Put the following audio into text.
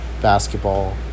basketball